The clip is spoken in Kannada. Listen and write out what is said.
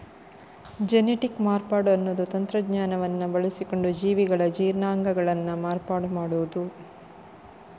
ಜೆನೆಟಿಕ್ ಮಾರ್ಪಾಡು ಅನ್ನುದು ತಂತ್ರಜ್ಞಾನವನ್ನ ಬಳಸಿಕೊಂಡು ಜೀವಿಗಳ ಜೀನ್ಗಳನ್ನ ಮಾರ್ಪಾಡು ಮಾಡುದು